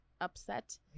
upset